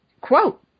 quote